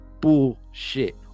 Bullshit